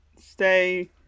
Stay